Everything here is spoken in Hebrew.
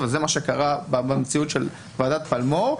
וזה מה שקרה במציאות של ועדת פלמור,